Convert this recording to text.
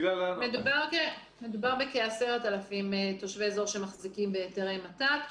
מדובר בכ-10,000 תושבי אזור שמחזיקים בהיתרי מת"ק.